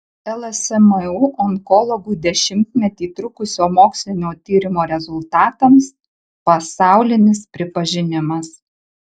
lsmu onkologų dešimtmetį trukusio mokslinio tyrimo rezultatams pasaulinis pripažinimas